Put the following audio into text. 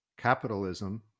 Capitalism